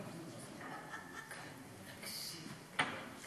לקריאה שנייה וקריאה שלישית: הצעת חוק הביטוח הלאומי (תיקון מס' 179),